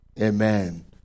Amen